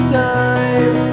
time